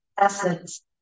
essence